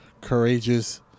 courageous